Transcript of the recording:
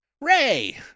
Ray